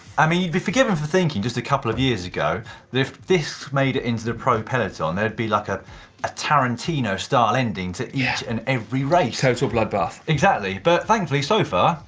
i mean, you'd be forgiven for thinking, just a couple of years ago, that if this made it into the pro peloton, there'd be like ah a tarantino-style ending to each and every race! total bloodbath. exactly, but thankfully so far,